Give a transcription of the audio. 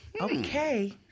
Okay